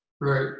Right